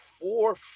four